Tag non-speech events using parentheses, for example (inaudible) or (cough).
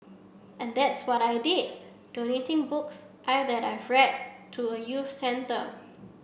and that's what I did donating books I've (unintelligible) to a youth centre